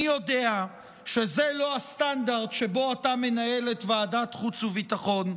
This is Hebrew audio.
אני יודע שזה לא הסטנדרט שבו אתה מנהל את ועדת החוץ והביטחון,